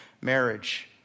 marriage